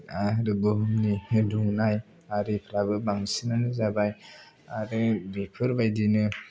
आरो बुहुमनि दुंनाय आरिफ्राबो बांसिनानै जाबाय आरो बेफोरबायदिनो